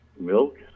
milk